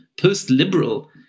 post-liberal